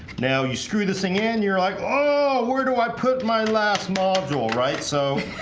now. you screw this thing in you're like. oh, where do i put my last module right so?